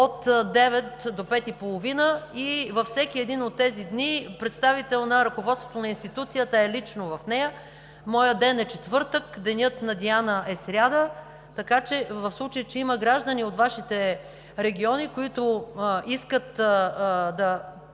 до 17,30 ч. и във всеки един от тези дни представител на ръководството на институцията е лично в нея. Моят ден е четвъртък, денят на Диана е сряда, така че ако има граждани от Вашите региони, които искат да посетят